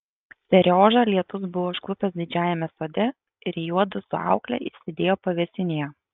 seriožą lietus buvo užklupęs didžiajame sode ir juodu su aukle išsėdėjo pavėsinėje